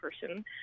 person